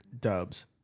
Dubs